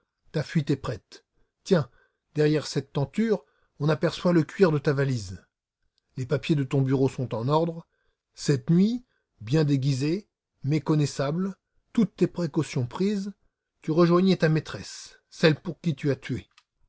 ta fuite est prête tiens derrière cette tenture on aperçoit le cuir de ta valise les papiers de ton bureau sont en ordre cette nuit bien déguisé méconnaissable toutes tes précautions prises tu rejoignais ta maîtresse celle pour qui tu as tué